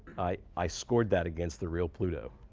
i scored that against the real pluto.